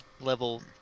level